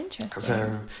interesting